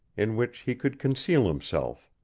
in which he could conceal himself.